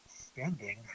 spending